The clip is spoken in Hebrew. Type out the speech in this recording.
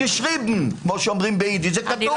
כמו שאומרים ביידיש, זה כתוב.